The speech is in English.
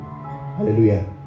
hallelujah